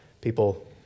people